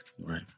Right